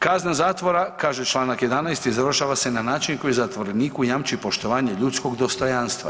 Kazna zatvora“ kaže članak 11. „završava se na način koji zatvoreniku jamči poštovanje ljudskog dostojanstva.